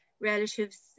relatives